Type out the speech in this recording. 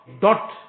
dot